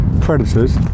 predators